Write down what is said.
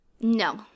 No